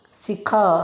ଶିଖ